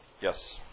Yes